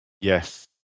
Yes